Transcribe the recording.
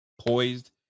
poised